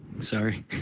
sorry